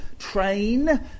train